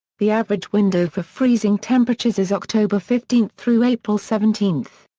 the average window for freezing temperatures is october fifteen through april seventeen.